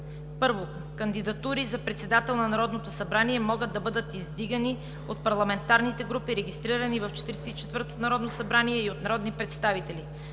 1. Кандидатури за председател на Народното събрание могат да бъдат издигани от парламентарните групи, регистрирани в 44-то Народно събрание и от народни представители.